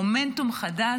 מומנטום חדש,